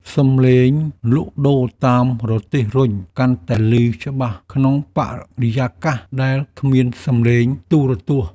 សំឡេងលក់ដូរតាមរទេះរុញ កាន់តែឮច្បាស់ក្នុងបរិយាកាសដែលគ្មានសំឡេងទូរទស្សន៍។